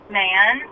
man